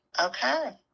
Okay